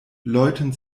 leuten